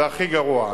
זה הכי גרוע.